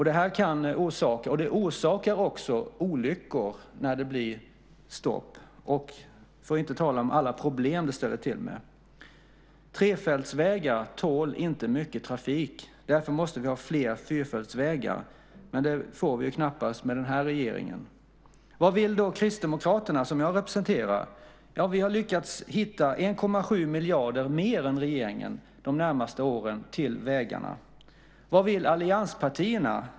Det orsakar olyckor när det blir stopp, för att inte tala om alla problem det ställer till med. Trefältsvägar tål inte mycket trafik. Därför måste vi ha flera fyrfältsvägar. Men det får vi ju knappast med den här regeringen. Vad vill då Kristdemokraterna, som jag representerar? Ja, vi har lyckats hitta 1,7 miljarder mer än regeringen till vägarna de närmaste åren. Vad vill allianspartierna?